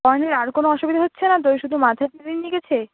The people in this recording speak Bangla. অয়নের আর কোনো অসুবিধা হচ্ছে না তো শুধু মাথাতে লেগেছে